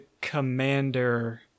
commander